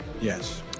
Yes